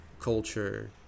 culture